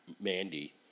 Mandy